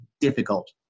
difficult